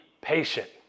patient